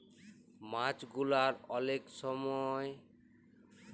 মাছ গুলার অলেক ছময় ম্যালা অসুখ হ্যইতে পারে